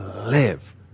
live